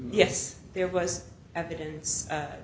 yes there was evidence